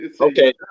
Okay